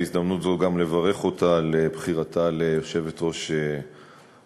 בהזדמנות זו גם לברך אותה על בחירתה ליושבת-ראש הסיעה.